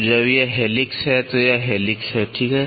तो जब यह हेलिक्स है तो यह हेलिक्स है ठीक है